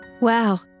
Wow